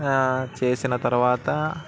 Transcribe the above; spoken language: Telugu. చేసిన తర్వాత